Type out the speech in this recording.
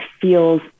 feels